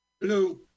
Hello